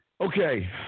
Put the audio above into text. okay